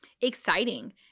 exciting